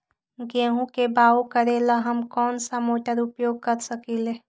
गेंहू के बाओ करेला हम कौन सा मोटर उपयोग कर सकींले?